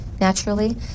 naturally